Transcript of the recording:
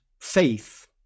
faith